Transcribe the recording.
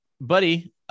buddy